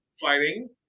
fighting